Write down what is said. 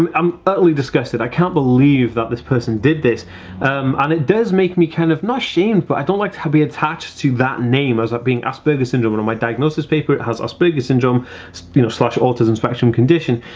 um i'm really disgusted i can't believe that this person did this um and it does make me kind of machine but i don't like to be attached to that name as i've being asperger syndrome one of my diagnosis paper it has asperger syndrome you know slash autism spectrum condition